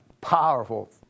powerful